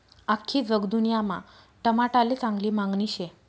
आख्खी जगदुन्यामा टमाटाले चांगली मांगनी शे